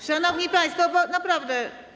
Szanowni państwo, bo naprawdę.